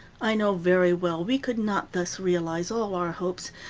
i know very well we could not thus realize all our hopes,